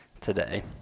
today